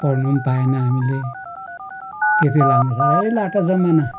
पढ्नु पनि पाएन हामीले त्यति बेला हामी साह्रै लाटा जमाना